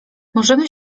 możemy